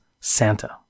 Santa